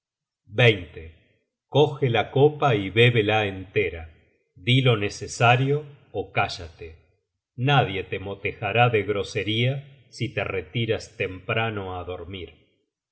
prudencia coge la copa y bébela entera di lo necesario ó cállate nadie te motejará de grosería si te retiras temprano á dormir